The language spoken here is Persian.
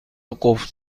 قفل